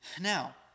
Now